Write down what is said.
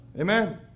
amen